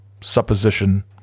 supposition